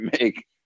make